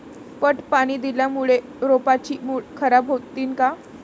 पट पाणी दिल्यामूळे रोपाची मुळ खराब होतीन काय?